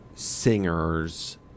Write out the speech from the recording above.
Singers